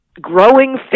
growing